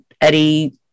Eddie